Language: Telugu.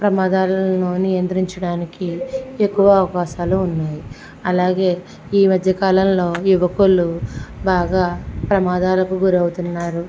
ప్రమాదాలను నియంత్రించడానికి ఎక్కువ అవకాశాలు ఉన్నాయి అలాగే ఈ మధ్య కాలంలో యువకులు బాగా ప్రమాదాలకు గురి అవుతున్నారు